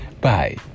bye